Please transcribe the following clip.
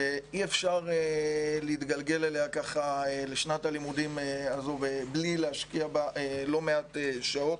שאי אפשר להתגלגל אליה לשנת הלימודים הזו בלי להשקיע בה לא מעט שעות.